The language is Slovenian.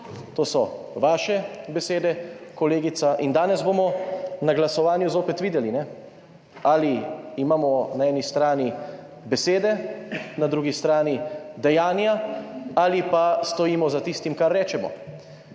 To so vaše besede, kolegica. In danes bomo na glasovanju zopet videli, ali imamo na eni strani besede, na drugi strani dejanja ali pa stojimo za tistim, kar rečemo.